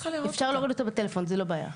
אפשר להוריד אותה בטלפון, זו לא בעיה.